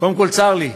קודם כול, צר לי,